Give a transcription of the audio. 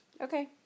Okay